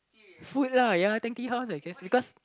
food lah ya Tang Tea House I guess because